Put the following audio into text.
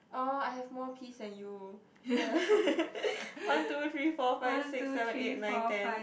oh I have more peas then you one two three four five six seven eight nine ten